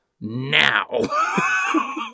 now